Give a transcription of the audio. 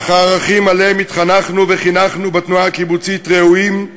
אך הערכים שעליהם התחנכנו וחינכנו בתנועה הקיבוצית ראויים,